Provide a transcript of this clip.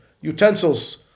utensils